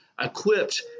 equipped